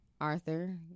Arthur